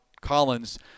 Collins